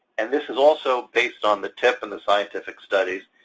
and this is also based on the tip and the scientific studies,